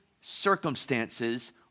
circumstances